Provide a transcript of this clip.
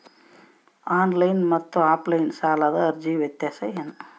Online ಮತ್ತು offline ಸಾಲದ ಅರ್ಜಿಯ ವ್ಯತ್ಯಾಸ ಏನು?